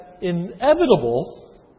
inevitable